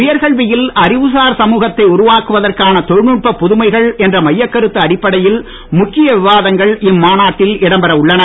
உயர்கல்வியில் அறிவுசார் சமூகத்தை உருவாக்குவதற்கான தொழில்நுட்ப புதுமைகள் என்ற மையக் கருத்து அடிப்படையில் முக்கிய விவாதங்கள் இம்மாநாட்டில் இடம் பெற உள்ளன